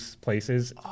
places